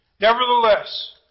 Nevertheless